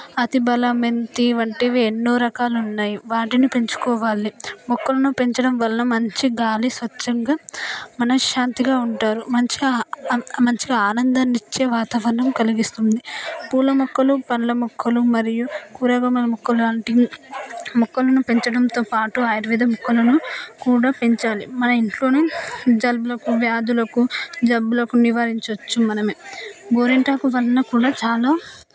అతిబల మెంతి వంటివి ఎన్నో రకాలు ఉన్నాయి వాటిని పెంచుకోవాలి మొక్కలను పెంచడం వలన మంచి గాలి స్వచ్ఛంగా మనశ్శాంతిగా ఉంటారు మంచిగా మంచిగా ఆనందాన్ని ఇచ్చే వాతావరణం కలిగిస్తుంది పూల మొక్కలు పళ్ళ మొక్కలు మరియు కూరగాయ మొక్కలు లాంటివి మొక్కలను పెంచడంతో పాటు ఆయుర్వేద మొక్కలను కూడా పెంచాలి మన ఇంట్లో జలుబులకు వ్యాధులకు జబ్బులకు నివారించవచ్చు మనమే గోరింటాకు వల్ల కూడా చాలా